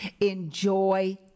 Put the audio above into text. enjoy